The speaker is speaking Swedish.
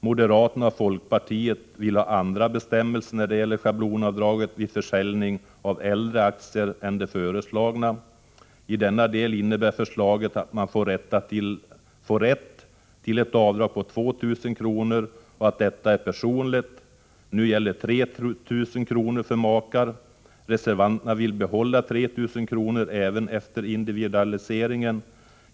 Moderaterna och folkpartiet vill ha andra bestämmelser när det gäller schablonavdraget vid försäljning av äldre aktier. I denna del innebär förslaget att man får rätt till ett avdrag på 2 000 kr. och att detta är personligt. Nu gäller 3 000 kr. för makar. Reservanterna vill behålla 3 000 kr. även efter individualiseringen.